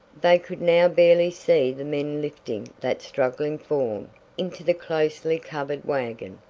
they could now barely see the men lifting that struggling form into the closely-covered wagon.